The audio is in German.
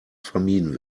vermieden